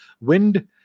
wind